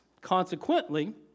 Consequently